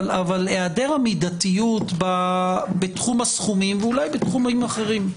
אבל היעדר המידתיות בתחום הסכומים ואולי בתחומים אחרים.